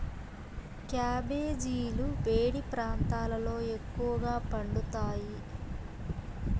క్యాబెజీలు వేడి ప్రాంతాలలో ఎక్కువగా పండుతాయి